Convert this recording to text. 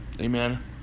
amen